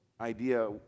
idea